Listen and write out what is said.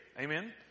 Amen